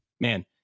man